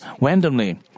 randomly